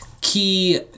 key